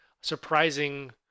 surprising